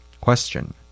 Question